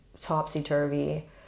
topsy-turvy